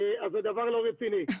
אז זה דבר לא רציני.